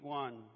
one